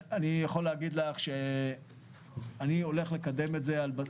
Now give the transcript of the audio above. אני הולך לקדם את זה במשרד על בסיס שבועי,